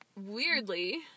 weirdly